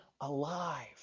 alive